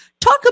Talk